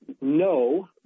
no